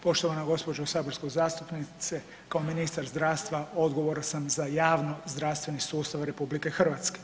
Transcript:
Poštovana gospođo saborska zastupnice, kao ministar zdravstva odgovoran sam za javno-zdravstveni sustav RH.